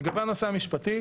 לגבי הנושא המשפטי,